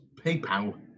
PayPal